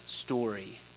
story